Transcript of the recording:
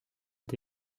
est